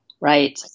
Right